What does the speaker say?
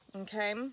Okay